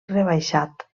rebaixat